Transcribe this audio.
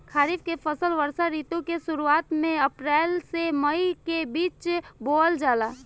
खरीफ के फसल वर्षा ऋतु के शुरुआत में अप्रैल से मई के बीच बोअल जाला